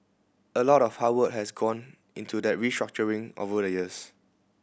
a lot of hard work has gone into that restructuring over the years